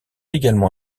également